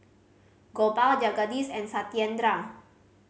Gopal Jagadish and Satyendra